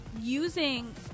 using